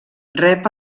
rep